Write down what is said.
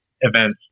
events